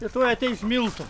ir tuoj ateis miltų